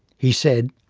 he said,